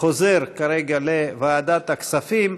חוזר כרגע לוועדת הכספים,